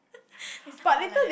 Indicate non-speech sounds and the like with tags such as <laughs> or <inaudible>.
<laughs> next time how like that